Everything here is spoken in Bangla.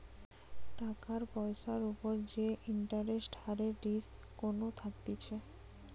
টাকার পয়সার উপর যে ইন্টারেস্ট হারের রিস্ক কোনো থাকতিছে